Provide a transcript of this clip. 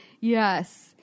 Yes